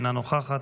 אינה נוכחת.